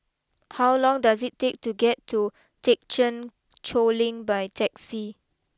how long does it take to get to Thekchen Choling by taxi